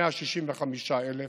165,000,